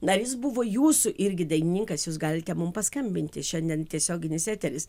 ar jis buvo jūsų irgi dainininkas jūs galite mum paskambinti šiandien tiesioginis eteris